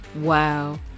Wow